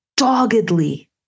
Doggedly